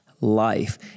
life